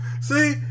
See